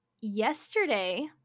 yesterday